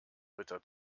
ritter